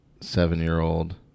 Seven-year-old